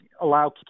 allow